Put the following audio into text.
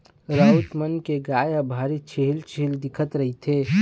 राउत मन के गाय ह भारी छिहिल छिहिल दिखत रहिथे